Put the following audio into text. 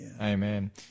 Amen